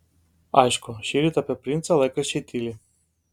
aišku šįryt apie princą laikraščiai tyli